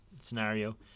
scenario